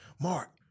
Mark